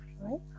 right